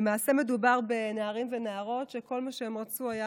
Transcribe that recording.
מדובר בנערים ונערות שכל מה שהם רצו היה